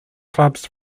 clubs